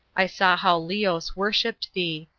i saw how leos worshiped thee.